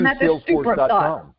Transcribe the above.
salesforce.com